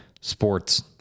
sports